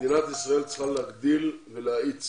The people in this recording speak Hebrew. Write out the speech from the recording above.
מדינת ישראל צריכה להגדיל ולהאיץ